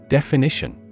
Definition